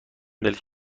دلش